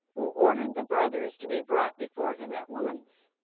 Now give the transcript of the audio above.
who ordered the brothers to be brought before him at once.